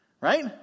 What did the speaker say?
Right